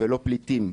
ולא פליטים.